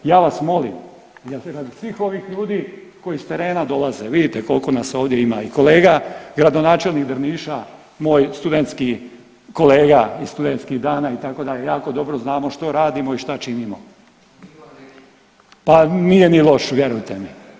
Ja vas molim, jer se radi svih ovih ljudi koji sa terena dolaze, vidite koliko nas ovdje ima i kolega gradonačelnik Drniša moj studentski kolega iz studentskih dana itd. jako dobro znamo što radimo i šta činimo. … [[Upadica sa strane, ne razumije se.]] Pa nije ni loš, vjerujte mi.